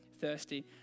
thirsty